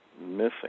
missing